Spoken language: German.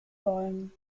bäumen